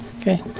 okay